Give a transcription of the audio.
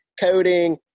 coding